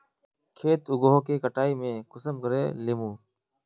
खेत उगोहो के कटाई में कुंसम करे लेमु?